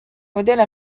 modèles